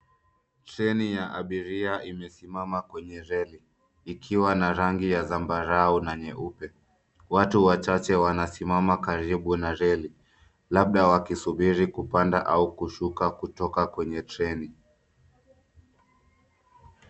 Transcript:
Treni ya abiria imesimama kwenye reli ikiwa na rangi ya zambarau na nyeupe. Watu wachache wanasimama karibu na reli labda wakisubiri kupanda au kushuka kutoka kwenye treni.